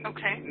Okay